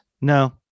No